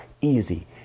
easy